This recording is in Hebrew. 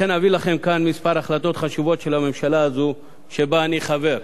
לכן אביא לכם כאן כמה החלטות חשובות של הממשלה הזאת שבה אני חבר,